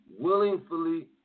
willingfully